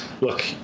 look